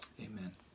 Amen